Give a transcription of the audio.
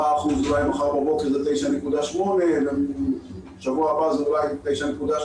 10% היום זה אולי 9.8% מחר בבוקר ובשבוע הבא זה אולי 9.6%,